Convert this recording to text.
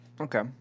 okay